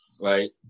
right